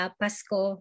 pasko